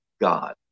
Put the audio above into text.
God